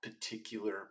particular